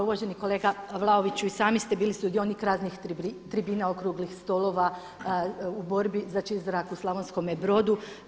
Uvaženi kolega Vlaoviću i sami ste bili sudionik raznih tribina, okruglih stolova u borbi za čist zrak u Slavonskome Brodu.